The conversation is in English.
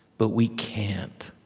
but we can't.